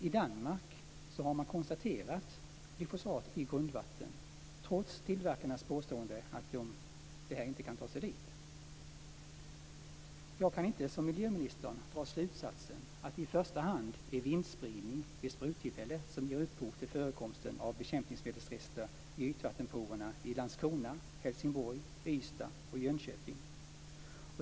I Danmark har man konstaterat glyfosat i grundvatten trots tillverkarnas påstående att de ej kan ta sig dit. Jag kan inte som miljöministern dra slutsatsen att det i första hand är vindspridning vid spruttillfället som ger upphov till förekomsten av bekämpningsmedelsrester i ytvattenproverna i Landskrona, Helsingborg, Ystad och Jönköping.